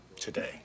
today